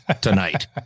tonight